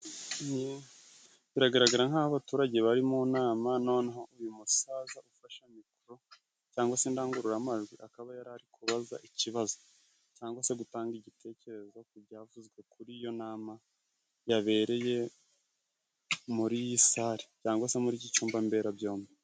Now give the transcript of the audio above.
Biragaragara nk"aho abaturage bari mu nama, noneho uyu musaza ufashe mikoro cyangwa se indangururamajwi, akaba yari kubaza ikibazo cyangwa se gutanga igitekerezo ku byavuzwe kuri iyo nama yabereye muri iyi sare cyangwa se muri iki cyumba mbera byombi.